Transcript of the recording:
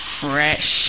fresh